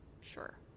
Sure